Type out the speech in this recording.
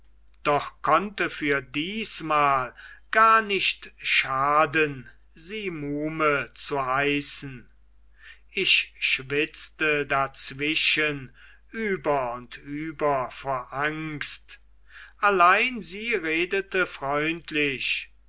doch konnte für diesmal gar nicht schaden sie muhme zu heißen ich schwitzte dazwischen über und über vor angst allein sie redete freundlich